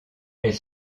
elle